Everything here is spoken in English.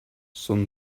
sun